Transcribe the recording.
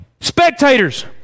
spectators